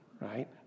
right